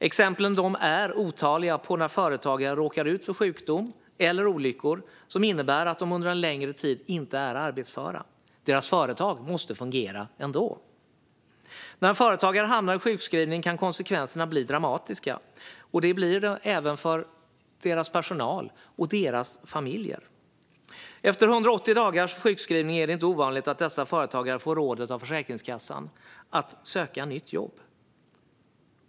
Det finns otaliga exempel på att företagare råkat ut för sjukdom eller olyckor som innebär att de under en längre tid inte är arbetsföra. Deras företag måste fungera ändå. När företagaren hamnar i sjukskrivning kan konsekvenserna bli dramatiska. Det blir de även för deras personal och deras familjer. Efter 180 dagars sjukskrivning är det inte ovanligt att dessa företagare av Försäkringskassan får rådet att söka nytt jobb.